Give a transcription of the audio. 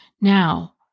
Now